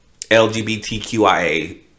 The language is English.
LGBTQIA